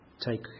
take